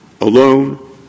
alone